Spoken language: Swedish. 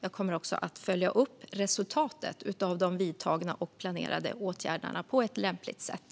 Jag kommer också att följa upp resultatet av de vidtagna och planerade åtgärderna på ett lämpligt sätt.